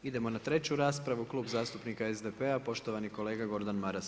Idemo na treću raspravu, Klub zastupnika SDP-a poštovani kolega Gordan Maras.